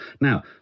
Now